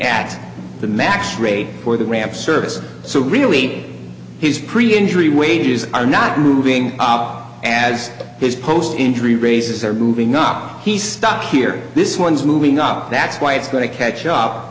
at the max rate for the ramp service so really his pre injury wages are not moving up as his post injury raises are moving up he stopped here this one's moving up that's why it's going to catch up